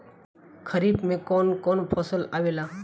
खरीफ में कौन कौन फसल आवेला?